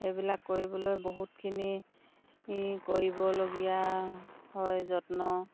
সেইবিলাক কৰিবলৈ বহুতখিনি কৰিবলগীয়া হয় যত্ন